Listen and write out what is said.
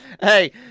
Hey